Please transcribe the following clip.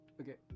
Okay